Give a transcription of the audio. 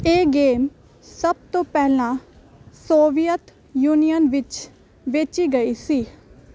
ਇਹ ਗੇਮ ਸਭ ਤੋਂ ਪਹਿਲਾਂ ਸੋਵੀਅਤ ਯੂਨੀਅਨ ਵਿੱਚ ਵੇਚੀ ਗਈ ਸੀ